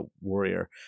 Warrior